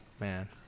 Man